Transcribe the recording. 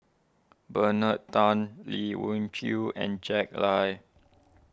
Bernard Tan Lee Wung Kilo and Jack Lai